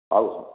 ହଉ